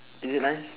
is it nice